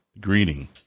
Greeting